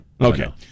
Okay